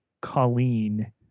colleen